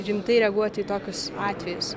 rimtai reaguoti į tokius atvejus